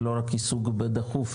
לא רק עיסוק בדחוף,